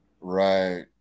Right